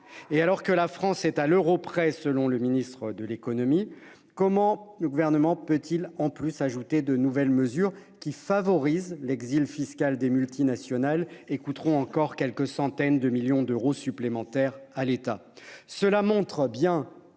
et alors que la France est à l'euro près. Selon le ministre de l'économie. Comment le gouvernement peut-il en plus ajouter de nouvelles mesures qui favorisent l'exil fiscal des multinationales et coûteront encore quelques centaines de millions d'euros supplémentaires à l'État. Cela montre bien,